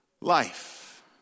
life